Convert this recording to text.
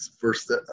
First